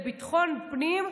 לביטחון פנים,